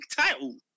title